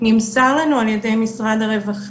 נמסר לנו על ידי משרד הרווחה,